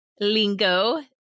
lingo